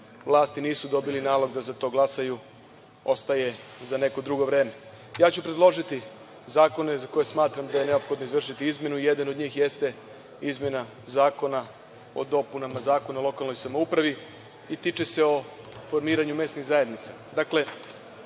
vlasti nisu dobili nalog da za to glasaju, ostaje za neko drugo vreme. Ja ću predložiti zakone za koje smatram da je neophodno izvršiti izmenu. Jedan od njih jeste zakon izmenama o dopunama Zakona o lokalnoj samoupravi i tiče se formiranja mesnih zajednica. Dakle,